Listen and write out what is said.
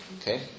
Okay